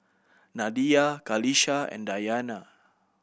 Nadia Qalisha and Dayana